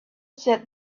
said